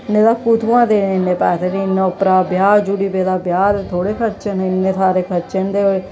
नेईं ते कुत्थुआं देने इ'न्ने पैसे ते उप्परा ब्याह जुड़ी पेदा ब्याह् दे थोह्ड़े खर्चे न इ'न्ने सारे खर्चे न ते